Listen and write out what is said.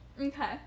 Okay